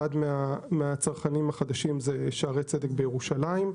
אחד מהצרכנים החדשים זה שערי צדק בירושלים.